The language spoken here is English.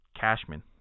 Cashman